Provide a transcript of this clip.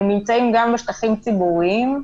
הם נמצאים גם בשטחים ציבוריים.